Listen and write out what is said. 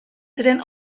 ziren